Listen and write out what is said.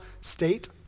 state